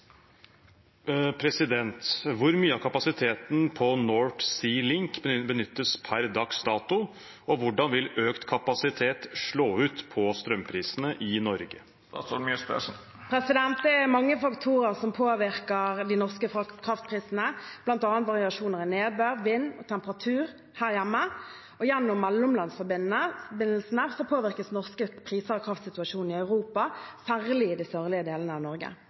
og hvor hardt dette rammer. Det er også et tegn på at vi må følge dette veldig tett. Dette spørsmålet er trekt tilbake. «Hvor stor del av kapasiteten på North Sea Link blir benyttet per dags dato, og hvordan vil økt kapasitet slå ut på strømprisene i Norge?» Det er mange faktorer som påvirker de norske kraftprisene, bl.a. variasjoner i nedbør, vind og temperatur her hjemme. Gjennom mellomlandsforbindelsene påvirkes norske priser av kraftsituasjonen i